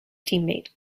teammate